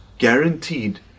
guaranteed